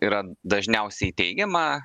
yra dažniausiai teigiama